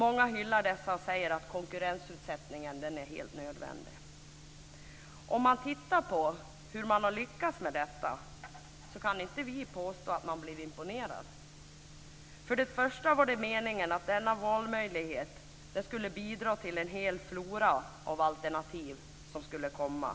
Många hyllar dessa och säger att konkurrensutsättningen är helt nödvändig. Sett till hur man lyckats med detta kan inte vi påstå att vi blir imponerade. Först och främst var det meningen att denna valmöjlighet skulle bidra till att en hel flora av alternativ skulle komma.